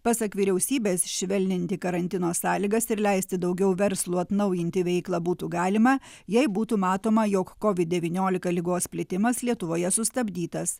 pasak vyriausybės švelninti karantino sąlygas ir leisti daugiau verslų atnaujinti veiklą būtų galima jei būtų matoma jog covid devyniolika ligos plitimas lietuvoje sustabdytas